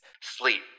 Sleep